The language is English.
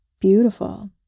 beautiful